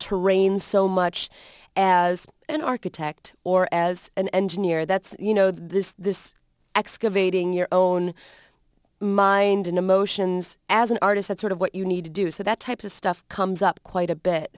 terrain so much as an architect or as an engineer that's you know this this excavating your own mind and emotions as an artist that sort of what you need to do so that type of stuff comes up quite a bit